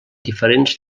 diferents